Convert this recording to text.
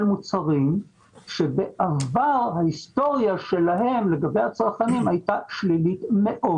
מוצרים שבהיסטוריה שלהם לגבי הצרכנים הייתה שלילית מאוד